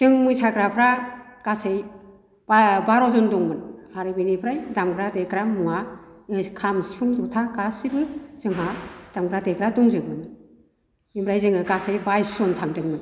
जों मोसाग्राफ्रा गासै बारजन दंमोन आरो बेनिफ्राय दामग्रा देग्रा मुवा खाम सुफुं जथा गासिबो जोंहा दामग्रा देग्रा दंजोबो ओमफ्राय जोङो गासै बाइस जन थांदोंमोन